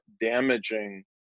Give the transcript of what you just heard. damaging